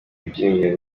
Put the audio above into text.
ibyiringiro